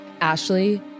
Ashley